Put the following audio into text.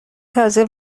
تازه